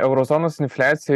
euro zonos infliacija